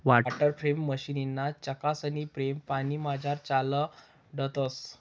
water frame मशीनना चाकसनी frame पानीमझार चालाडतंस